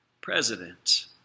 president